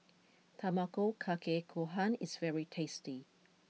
Tamago Kake Gohan is very tasty